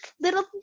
little